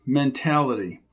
mentality